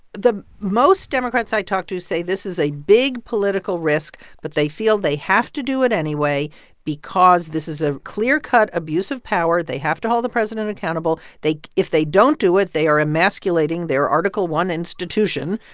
the most democrats i talk to say this is a big political risk, but they feel they have to do it anyway because this is a clear-cut abuse of power. they have to hold the president accountable. they if they don't do it, they are emasculating their article i institution.